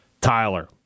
Tyler